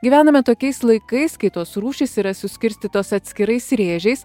gyvename tokiais laikais kai tos rūšys yra suskirstytos atskirais rėžiais